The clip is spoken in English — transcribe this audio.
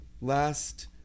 last